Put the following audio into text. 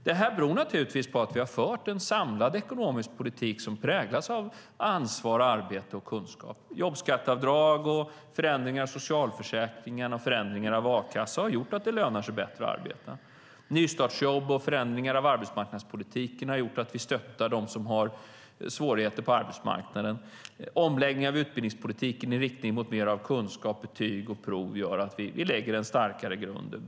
Det här beror naturligtvis på att vi har fört en samlad ekonomisk politik som präglas av ansvar, arbete och kunskap. Jobbskatteavdrag och förändringar i socialförsäkringen och förändringar av a-kassa har gjort att det lönar sig bättre att arbeta. Nystartsjobb och förändringar av arbetsmarknadspolitiken har gjort att vi stöttar dem som har svårigheter på arbetsmarknaden. Omläggning av utbildningspolitiken i riktning mot mer av kunskap, betyg och prov gör att vi lägger en starkare grund.